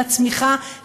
לצמיחה,